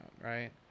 right